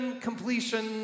completion